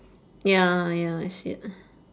ya ya I see it